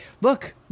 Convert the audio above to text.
Look